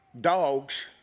dogs